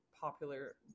popular